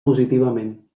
positivament